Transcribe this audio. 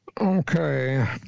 Okay